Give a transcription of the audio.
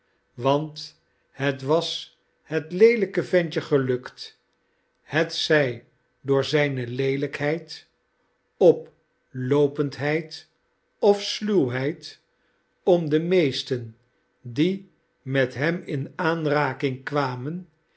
want het was het leelijke ventje gelukt hetzij door zijne leelijkheid oploopendheid of sluwheid om de meesten die met hem in aanraking kwamen